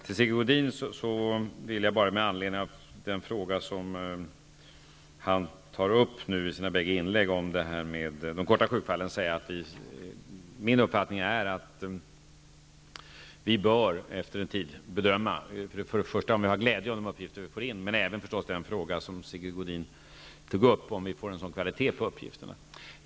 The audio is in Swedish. Till Sigge Godin vill jag bara med anledning av den fråga som han tog upp i sina bägge inlägg, om de kortvariga sjukfallen, säga att min uppfattning är att vi efter en tid bör bedöma om vi har glädje av de uppgifter som vi får in, men även, som Sigge Godin tog upp, om vi får en tillräcklig kvalitet på uppgifterna.